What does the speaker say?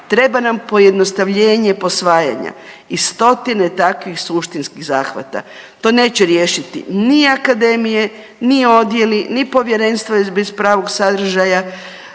Treba nam pojednostavljenje posvajanja i stotine takvih suštinskih zahvata. To neće riješiti ni akademije, ni odjeli, ni povjerenstva bez pravog sadržaja